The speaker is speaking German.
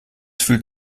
fühlt